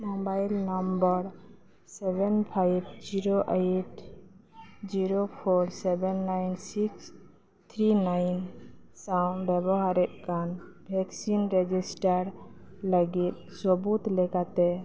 mobile number seven five zero eight zero four seven nine six three nine ᱥᱟᱶ ᱵᱮᱵᱚᱦᱟᱨᱮᱫ ᱠᱟᱱ vaccine register ᱞᱟᱹᱜᱤᱫ ᱥᱟᱹᱵᱩᱫ ᱞᱮᱠᱟᱛᱮ